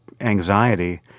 anxiety